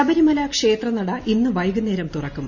ശബരിമല ക്ഷേത്രനട ഇന്നു വൈകുന്നേരം തുറക്കും